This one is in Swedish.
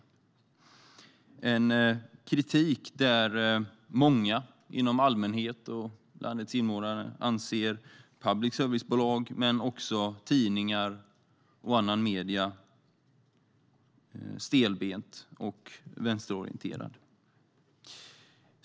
Vi hör en kritik där många av landets invånare anser att public service-bolag, tidningar och andra medier är stelbenta och vänsterorienterade.